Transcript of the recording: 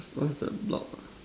what's the block